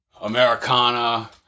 Americana